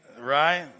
Right